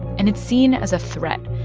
and it's seen as a threat,